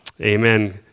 Amen